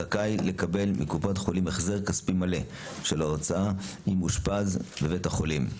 זכאי לקבל מקופות החולים החזר כספי מלא של ההוצאה אם אושפז בבית החולים.